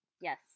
Yes